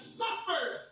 suffered